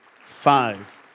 five